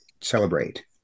celebrate